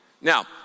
Now